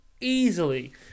easily